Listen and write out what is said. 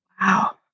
wow